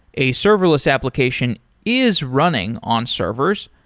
a serverless application is running on servers,